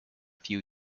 few